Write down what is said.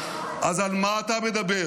אז על מה אתה מדבר?